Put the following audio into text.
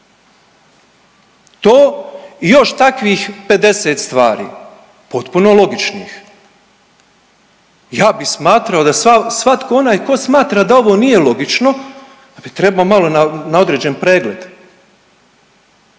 to i još takvih 50 stvari, potpuno logičnih. Ja bi smatrao da svatko onaj tko smatra da ovo nije logično da bi trebao malo na određen pregled.